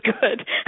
good